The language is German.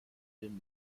den